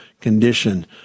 condition